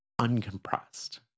uncompressed